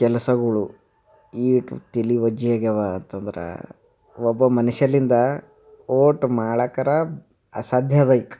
ಕೆಲಸಗಳು ಎಷ್ಟು ತಲೆ ಒಜ್ಜೆ ಆಗ್ಯವಾ ಅಂತಂದ್ರೆ ಒಬ್ಬ ಮನುಷ್ಯನಿಂದ ಓಟ್ ಮಾಡೋಕ್ಕಾದ್ರೆ ಅಸಾಧ್ಯದಯ್ಕ್